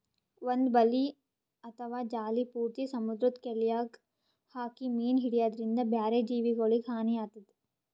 ಒಂದ್ ಬಲಿ ಅಥವಾ ಜಾಲಿ ಪೂರ್ತಿ ಸಮುದ್ರದ್ ಕೆಲ್ಯಾಗ್ ಹಾಕಿ ಮೀನ್ ಹಿಡ್ಯದ್ರಿನ್ದ ಬ್ಯಾರೆ ಜೀವಿಗೊಲಿಗ್ ಹಾನಿ ಆತದ್